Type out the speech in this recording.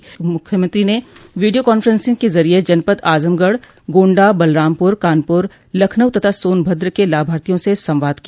इस अवसर पर मुख्यमंत्री ने वीडियो कांफ्रेंसिंग के जरिये जनपद आजमगढ़ गोण्डा बलरामपुर कानपुर लखनऊ तथा सोनभद्र के लाभार्थियों से संवाद किया